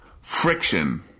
friction